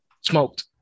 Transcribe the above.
Smoked